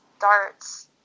darts